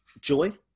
joy